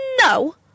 No